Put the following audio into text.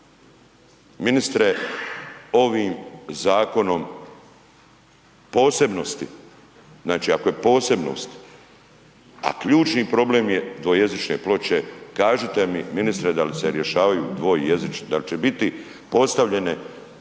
Ministre ovim zakonom posebnosti, znači ako je posebnost, a ključni problem je dvojezične ploče, kažite mi ministre da li se rješavaju dvojezične, dal će biti postavljene